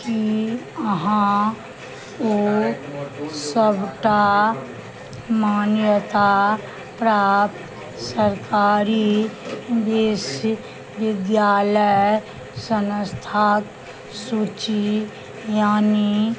की अहाँ ओ सबटा मान्यता प्राप्त सरकारी विश्वविद्यालय संस्थाक सूची आनि